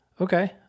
Okay